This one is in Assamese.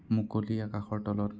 মুকলি আকাশৰ তলত